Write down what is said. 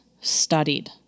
studied